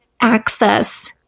access